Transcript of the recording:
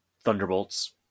Thunderbolts